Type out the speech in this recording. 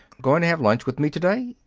going to have lunch with me to-day?